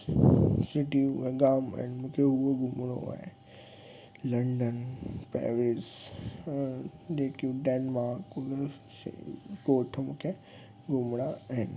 सिटियूं ऐं गांव आहिनि मूंखे उहो घुमणो आहे लंडन पेरिस जेकी डेनमार्क वग़ैरा ॻोठ मूंखे घुमणा आहिनि